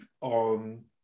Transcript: on